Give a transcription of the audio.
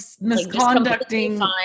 misconducting